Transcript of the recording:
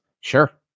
Sure